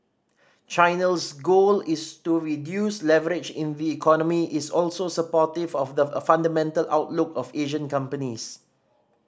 China's goal is to reduce leverage in the economy is also supportive of the fundamental outlook of Asian companies